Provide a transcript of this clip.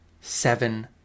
seven